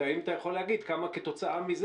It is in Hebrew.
האם אתה יכול להגיד כמה כתוצאה מזה